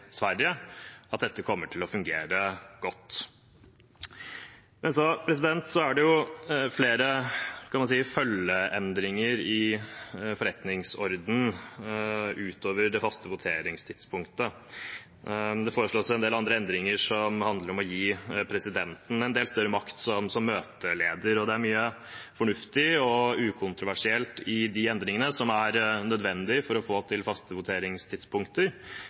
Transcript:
Sverige – at dette kommer til å fungere godt. Men så er det flere – skal man si – følgeendringer i forretningsordenen utover det faste voteringstidspunktet. Det foreslås en del andre endringer som handler om å gi presidenten en del større makt som møteleder. Det er mye fornuftig og ukontroversielt i de endringene som er nødvendig for å få til faste voteringstidspunkter,